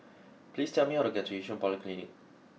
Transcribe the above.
please tell me how to get to Yishun Polyclinic